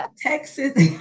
Texas